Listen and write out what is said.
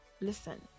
Listen